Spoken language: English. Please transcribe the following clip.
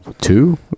Two